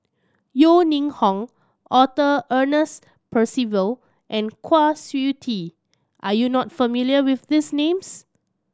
Yeo Ning Hong Arthur Ernest Percival and Kwa Siew Tee are you not familiar with these names